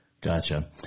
Gotcha